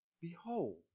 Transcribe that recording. Behold